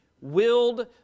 Willed